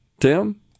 Tim